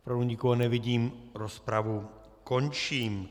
Opravdu nikoho nevidím, rozpravu končím.